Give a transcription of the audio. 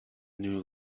new